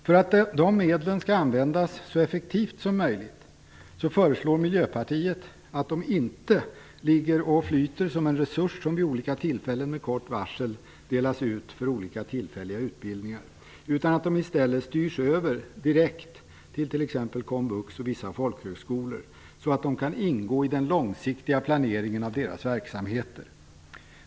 För att dessa medel skall kunna användas så effektivt som möjligt föreslår Miljöpartiet att de inte skall ligga och flyta som en resurs som vid olika tillfällen med kort varsel delas ut för olika tillfälliga utbildningar utan i stället direkt skall styras över till t.ex. komvux och vissa folkhögskolor, så att de kan ingå i den långsiktiga planeringen av deras verksamheter.